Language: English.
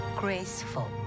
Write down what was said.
Graceful